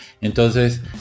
entonces